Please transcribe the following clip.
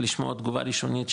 לשמוע תגובה ראשונית שלכם.